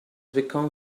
become